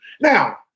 Now